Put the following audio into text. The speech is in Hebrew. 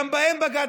גם בהם בגדתם.